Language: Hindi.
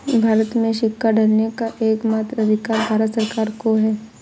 भारत में सिक्का ढालने का एकमात्र अधिकार भारत सरकार को है